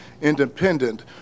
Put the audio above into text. Independent